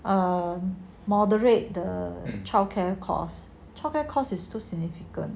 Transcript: err moderate the childcare costs childcare costs is too significant